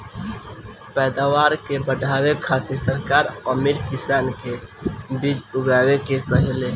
पैदावार के बढ़ावे खातिर सरकार अमीर किसान के बीज उगाए के कहेले